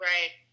Right